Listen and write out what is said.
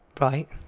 right